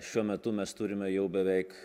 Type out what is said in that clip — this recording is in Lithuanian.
šiuo metu mes turime jau beveik